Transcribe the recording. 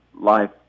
life